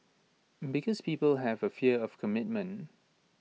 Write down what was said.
because people have A fear of commitment